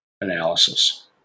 analysis